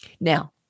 Now